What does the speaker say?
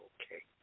okay